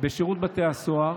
היום בשירות בתי הסוהר,